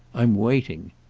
i'm waiting.